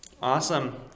Awesome